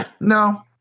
No